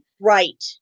Right